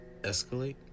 Escalate